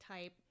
type